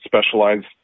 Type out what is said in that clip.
specialized